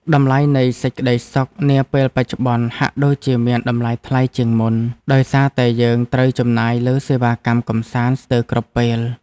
តម្លៃនៃសេចក្ដីសុខនាពេលបច្ចុប្បន្នហាក់ដូចជាមានតម្លៃថ្លៃជាងមុនដោយសារតែយើងត្រូវចំណាយលើសេវាកម្មកម្សាន្តស្ទើរគ្រប់ពេល។